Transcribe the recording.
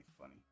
funny